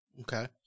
Okay